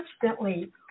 constantly